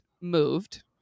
moved